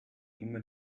immer